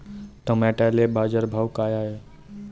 टमाट्याले बाजारभाव काय हाय?